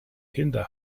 kinder